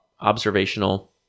observational